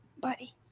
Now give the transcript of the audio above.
Buddy